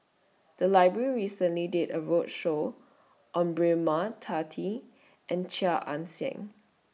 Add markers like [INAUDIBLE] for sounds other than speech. The Library recently did A roadshow on Braema [UNINTELLIGIBLE] and Chia Ann Siang